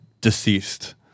deceased